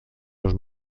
los